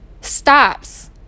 stops